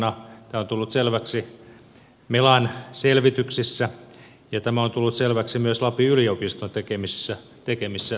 tämä on tullut selväksi melan selvityksissä ja tämä on tullut selväksi myös lapin yliopiston tekemissä selvityksissä